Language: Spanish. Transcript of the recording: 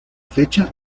fecha